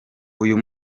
uyu